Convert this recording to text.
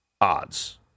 odds